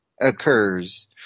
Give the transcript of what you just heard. occurs